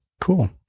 Cool